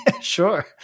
sure